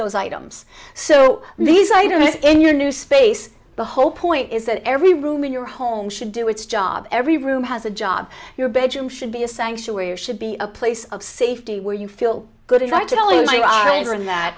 those items so these items in your new space the whole point is that every room in your home should do its job every room has a job your bedroom should be a sanctuary or should be a place of safety where you feel good is actually you are in that